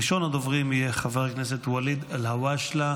ראשון הדוברים יהיה חבר הכנסת ואליד אלהואשלה,